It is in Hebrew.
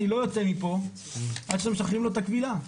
אני לא יוצא מפה עד שאתם משחררים לו את הכבילה.